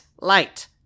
light